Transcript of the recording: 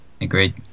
Agreed